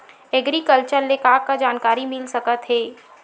Agriculture से का का जानकारी मिल सकत हे?